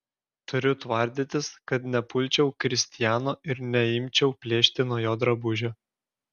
turiu tvardytis kad nepulčiau kristiano ir neimčiau plėšti nuo jo drabužių